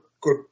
good